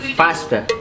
faster